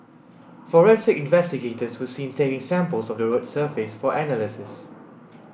forensic investigators were seen taking samples of the road surface for analysis